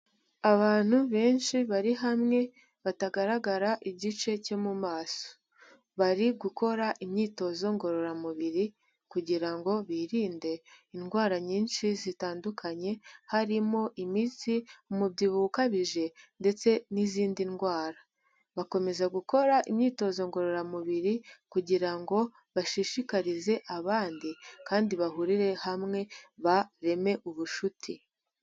Abantu benshi bari hamwe, batagaragara igice cyo mu maso. Bari gukora imyitozo ngororamubiri, kugira ngo birinde indwara nyinshi zitandukanye, harimo imitsi, umubyibuho ukabije ndetse n'izindi ndwara. Bakomeza gukora imyitozo ngororamubiri, kugira ngo bashishikarize abandi kandi bahurire hamwe, bareme ubushuti.